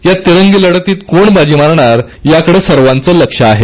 या तिरंगी लढतीत कोण बाजी मारणार याकडे सर्वांचं लक्ष आहे